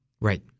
Right